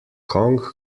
kong